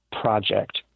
Project